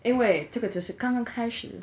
因为这个只是刚开始